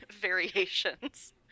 variations